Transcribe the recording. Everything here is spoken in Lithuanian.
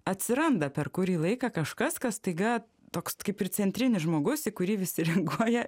atsiranda per kurį laiką kažkas kas staiga toks kaip ir centrinis žmogus kurį visi reaguoja